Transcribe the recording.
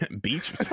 beach